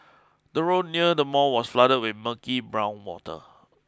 the road near the mall was flood with murky brown water